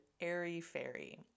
airy-fairy